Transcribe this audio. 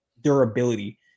durability